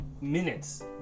Minutes